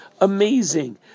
Amazing